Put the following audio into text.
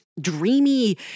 dreamy